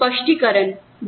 कुछ स्पष्टीकरण